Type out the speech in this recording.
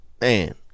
man